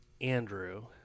Andrew